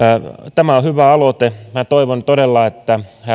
tämä on hyvä aloite minä toivon todella että